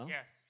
Yes